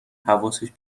حواسش